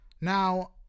Now